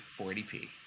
480p